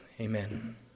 Amen